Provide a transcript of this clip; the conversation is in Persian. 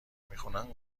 میخونن